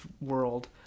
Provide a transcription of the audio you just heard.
world